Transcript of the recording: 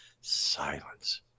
silence